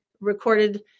recorded